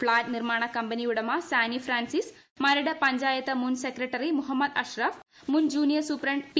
flat നിർമ്മാണ company ഉടമ സാനി ഫ്രാൻസിസ് മരട് പഞ്ചായത്ത് മുൻ സെക്രട്ടറി മുഹമ്മദ് അഷറഫ് മുൻ ജൂനിയർ സൂപ്രണ്ട് പി